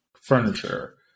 furniture